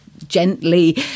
gently